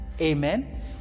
Amen